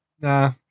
nah